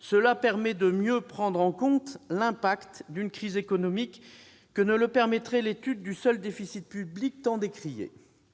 Cela permet de mieux prendre en compte l'impact d'une crise économique que l'étude du seul déficit public tant décrié.